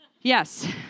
Yes